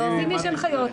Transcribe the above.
אז אם יש הנחיות,